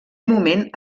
moment